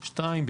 שתיים,